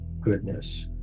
goodness